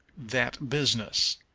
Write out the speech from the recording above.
that business.